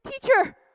teacher